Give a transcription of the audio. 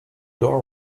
door